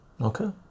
Okay